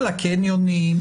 על הקניונים,